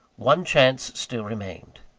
one chance still remained.